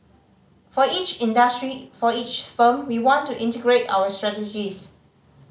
for each industry for each firm we want to integrate our strategies